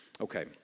Okay